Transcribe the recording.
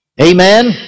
Amen